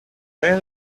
where